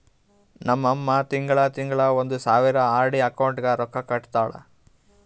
ನಮ್ ಅಮ್ಮಾ ತಿಂಗಳಾ ತಿಂಗಳಾ ಒಂದ್ ಸಾವಿರ ಆರ್.ಡಿ ಅಕೌಂಟ್ಗ್ ರೊಕ್ಕಾ ಕಟ್ಟತಾಳ